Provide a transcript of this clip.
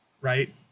right